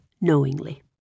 knowingly